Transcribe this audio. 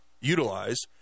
utilize